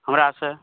हमरासँ